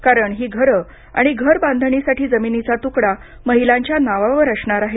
कारण ही घरं आणि घरबांधणीसाठी जमिनीचा तुकडा महिलांच्या नावावर असणार आहे